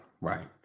right